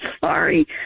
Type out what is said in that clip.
sorry